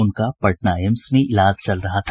उनका पटना एम्स में इलाज चल रहा था